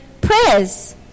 prayers